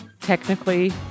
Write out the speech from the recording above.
technically